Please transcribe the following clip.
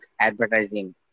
advertising